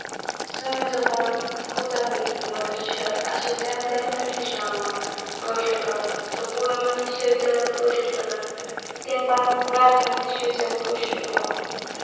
سٲنۍ زَبان کۭژاہ میٖٹھ تہٕ مٔدر چھےٚ اَسہِ چھےٚ زیٚنہٕ گرِ پٮ۪ٹھ ہیٚچھناوان کٲشُر کَرُن سکوٗلَن منٛز تہِ چھِ أسۍ زیادٕ کٲشُر کران تیٚمہِ پَتہٕ گرَس منٛز تہِ چھِ أسۍ زیادٕ کٲشُرے کران